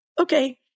okay